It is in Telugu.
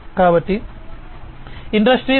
కాబట్టి ఇండస్ట్రీ 4